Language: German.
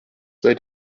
bei